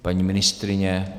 Paní ministryně?